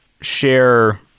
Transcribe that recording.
Share